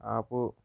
ఆపు